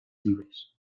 libres